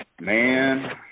Man